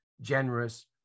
generous